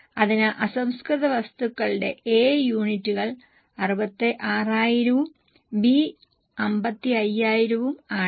അതിനാൽ അസംസ്കൃത വസ്തുക്കളുടെ A യൂണിറ്റുകൾ 66000 ഉം B 55000 ഉം ആണ്